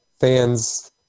fans